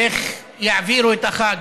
איך יעבירו את החג,